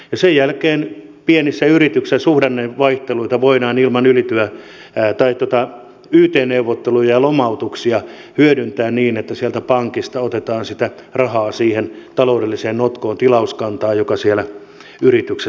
sen jälkeen pienissä yrityksissä suhdannevaihteluita voidaan ilman yt neuvotteluja ja lomautuksia hyödyntää niin että sieltä pankista otetaan sitä rahaa siihen taloudelliseen notkoon tilauskannassa joka siellä yrityksissä on